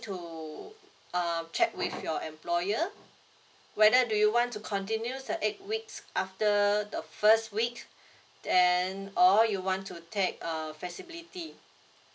to uh check with your employer whether do you want to continue the eight weeks after the first week then or you want to take err flexibility